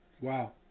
Wow